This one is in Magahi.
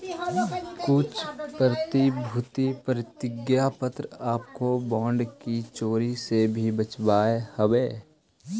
कुछ प्रतिभूति प्रतिज्ञा पत्र आपको बॉन्ड की चोरी से भी बचावअ हवअ